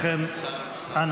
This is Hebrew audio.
לכן אנא,